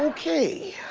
ok,